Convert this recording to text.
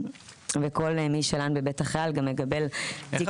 וכל מי שלן בבית החייל גם מקבל --- איך